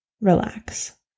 relax